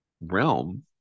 realm